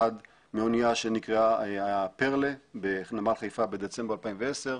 אחד מאונייה שנקראה פרלה בנמל חיפה בדצמבר 2010,